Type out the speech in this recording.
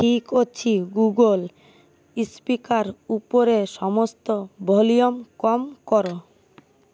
ଠିକ୍ ଅଛି Google speaker ଉପରେ ସମସ୍ତ ଭଲ୍ୟୁମ୍ କମ୍ କର